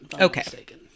Okay